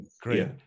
Great